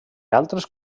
altres